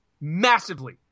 Massively